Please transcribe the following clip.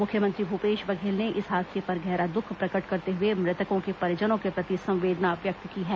मुख्यमंत्री भूपेश बघेल ने इस हादसे पर गहरा दुख प्रकट करते हुए मृतकों के परिजनों के प्रति संवेदना व्यक्त की है